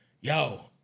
yo